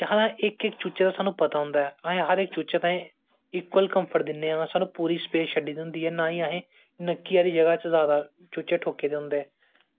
एहदे कन्नै women empowerment ऐ अंदू दा होवा दा ऐ क्योंकि अदूं बी जनानियां जेहड़ी कढाई बुनदी ही स्बेटरा बुनदी ही न्हाड़े बदले पैसे लैंदी ही